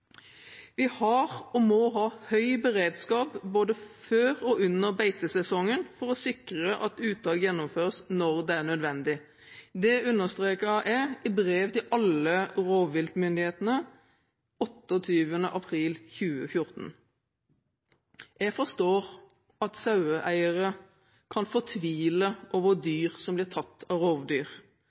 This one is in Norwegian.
Vi har og må ha høy beredskap både før og under beitesesongen for å sikre at uttak gjennomføres når det er nødvendig. Dette understreket jeg i brev til alle rovviltmyndighetene den 28. april 2014. Jeg forstår at saueeiere kan fortvile over dyr som blir tatt av rovdyr.